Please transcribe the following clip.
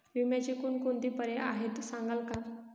विम्याचे कोणकोणते पर्याय आहेत सांगाल का?